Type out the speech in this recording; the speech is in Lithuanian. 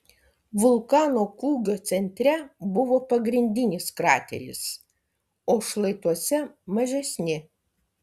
vulkano kūgio centre buvo pagrindinis krateris o šlaituose mažesni